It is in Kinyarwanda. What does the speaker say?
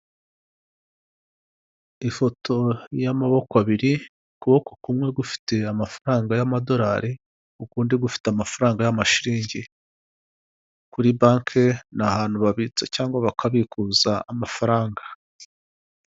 Ifoto y'amaboko abiri, ukuboko kumwe gufite amafaranga y'amadolari ukundi gufite amafaranga y'amashiringi. Kuri banki ni ahantu babitsa cyangwa bakabikuza amafaranga.